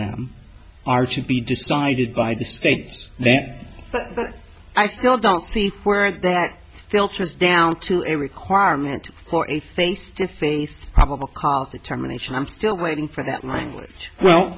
them are should be decided by the states and that i still don't see where that filters down to a requirement for a face to face probable determination i'm still waiting for that language well